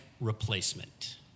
replacement